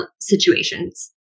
situations